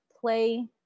play